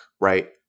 right